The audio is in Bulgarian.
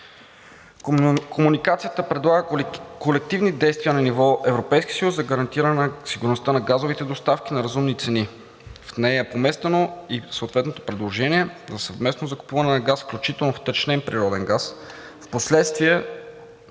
Комуникацията предлага колективни действия на ниво Европейския съюз за гарантиране сигурността на газовите доставки на разумни цени. В нея е поместено и съответното предложение за съвместно закупуване на газ, включително втечнен природен газ, впоследствие